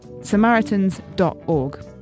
samaritans.org